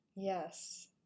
Yes